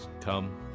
come